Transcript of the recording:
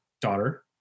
daughter